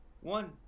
one